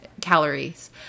calories